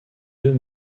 deux